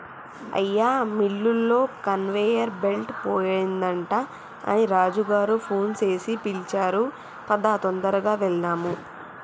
అయ్యా మిల్లులో conveyor belt పోయిందట అని రాజు గారు ఫోన్ సేసి పిలిచారు పదా తొందరగా వెళ్దాము